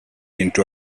into